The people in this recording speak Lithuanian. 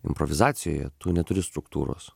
improvizacijoje tu neturi struktūros